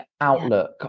outlook